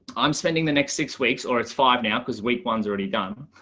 i'm spending the next six weeks or it's five now, because week one's already done,